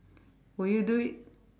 would you do it